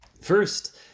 First